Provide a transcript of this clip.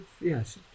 yes